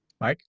Mike